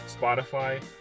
Spotify